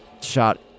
shot